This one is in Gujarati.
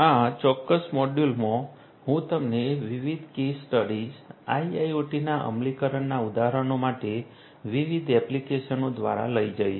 આ ચોક્કસ મોડ્યુલમાં હું તમને વિવિધ કેસ સ્ટડીઝ IIoT ના અમલીકરણના ઉદાહરણો માટે વિવિધ એપ્લિકેશનો દ્વારા લઈ જઈશ